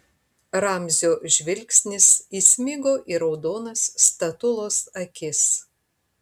ramzio žvilgsnis įsmigo į raudonas statulos akis